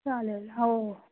चालेल हो